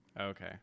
Okay